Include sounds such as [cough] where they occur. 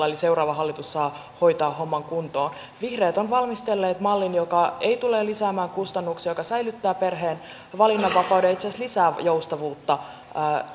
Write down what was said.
[unintelligible] eli seuraava hallitus saa hoitaa homman kuntoon vihreät ovat valmistelleet mallin joka ei tule lisäämään kustannuksia joka säilyttää perheen valinnanvapauden ja itse asiassa lisää joustavuutta